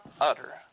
utter